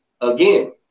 again